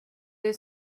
dig